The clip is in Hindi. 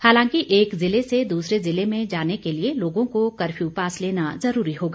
हालांकि एक जिले से दूसरे जिले में जाने के लिए लोगों को कर्फ्यू पास लेना ज़रूरी होगा